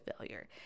failure